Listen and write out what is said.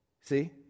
see